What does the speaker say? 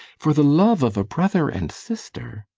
for the love of a brother and sister